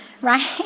Right